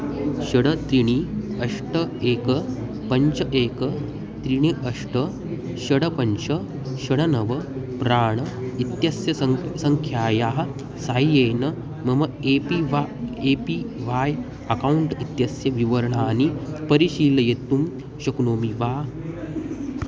षट् त्रीणि अष्ट एकं पञ्च एकं त्रीणि अष्ट षट् पञ्च षट् नव प्राण् इत्यस्य सङ्ख्या सङ्ख्यायाः साहाय्येन मम ए पी वा ए पी वाय् अकौण्ट् इत्यस्य विवरणानि परिशीलयितुं शक्नोमि वा